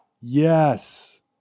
Yes